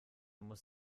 muss